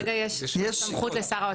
כרגע יש סמכות לשר האוצר.